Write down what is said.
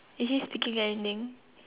is he speaking anything